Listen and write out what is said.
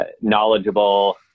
knowledgeable